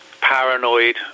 paranoid